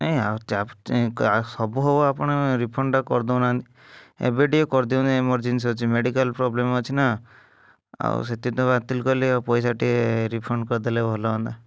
ନାଇ ସବୁ ହବ ଆପଣ ରିଫଣ୍ଡ୍ ଟା କରି ଦେଉ ନାହାଁନ୍ତି ଏବେ ଟିକେ କରିଦିଅନ୍ତୁ ଏମର୍ର୍ଜେନ୍ସି ଅଛି ମେଡ଼ିକାଲ୍ ପ୍ରୋବ୍ଲେମ୍ ଅଛି ନା ଆଉ ସେଠି ତ ବାତିଲ୍ କଲି ଆଉ ପଇସା ଟିକେ ରିଫଣ୍ଡ୍ କରିଦେଲେ ଭଲ ହୁଅନ୍ତା